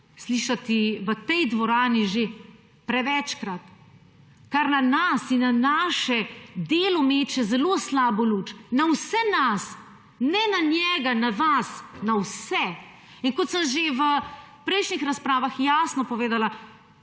slišati v tej dvorani že prevečkrat, kar na nas in na naše delo meče zelo slabo luč. Na vse nas, ne na njega, na vas, na vse. Kot sem že v prejšnjih razpravah jasno povedala,